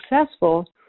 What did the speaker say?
successful